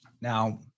Now